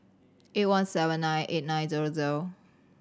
eight one seven nine eight nine zero zero